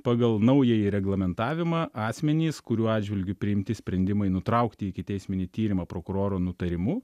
pagal naująjį reglamentavimą asmenys kurių atžvilgiu priimti sprendimai nutraukti ikiteisminį tyrimą prokuroro nutarimu